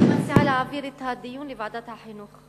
מציעה להעביר את הדיון לוועדת החינוך.